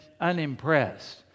unimpressed